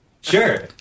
Sure